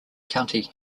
county